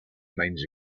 remains